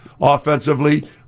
Offensively